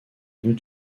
new